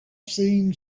seen